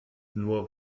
nur